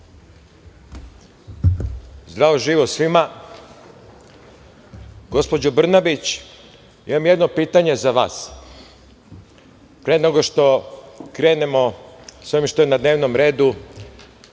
Zdravo živo svima. Gospođo Brnabić, imam jedno pitanje za vas, pre nego što krenemo sa ovim što je na dnevnom redu.